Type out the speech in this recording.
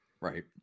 Right